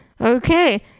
Okay